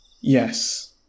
Yes